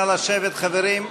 נא לשבת, חברים.